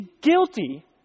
guilty